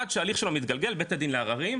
עד שההליך שלו מתגלגל, בית הדין לערערים,